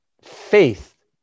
faith